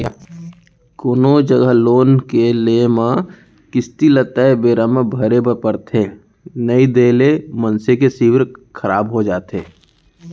कोनो जघा लोन के लेए म किस्ती ल तय बेरा म भरे बर परथे नइ देय ले मनसे के सिविल खराब हो जाथे